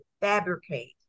fabricate